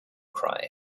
cry